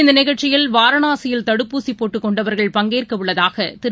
இந்தநிகழ்ச்சியில் வாரணாசியில் தடுப்பூசிபோட்டுக் கொண்டவர்கள் பங்கேற்கவுள்ளதாகதிரு